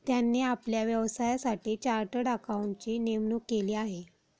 त्यांनी आपल्या व्यवसायासाठी चार्टर्ड अकाउंटंटची नेमणूक केली आहे